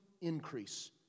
increase